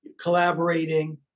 collaborating